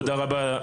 תודה רבה,